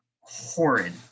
horrid